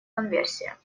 конверсия